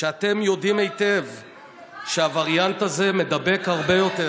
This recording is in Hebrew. כשאתם יודעים שהוורינאנט הזה מידבק הרבה יותר,